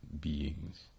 beings